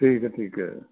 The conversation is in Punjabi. ਠੀਕ ਹੈ ਠੀਕ ਹੈ